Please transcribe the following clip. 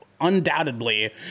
undoubtedly